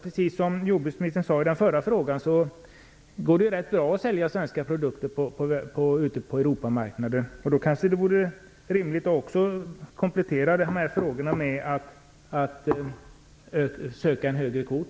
Precis som jordbruksministern sade i debatten om den förra frågan går det rätt bra att sälja svenska produkter ute på europamarknaden. Då kanske det vore rimligt att komplettera med att söka en högre kvot.